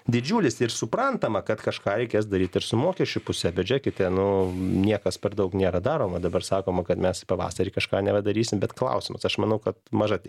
didžiulis ir suprantama kad kažką reikės daryti ir su mokesčių pusę bet žiėkite nu niekas per daug nėra daroma dabar sakoma kad mes pavasarį kažką neva darysim bet klausimas aš manau kad maža